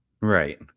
right